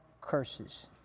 curses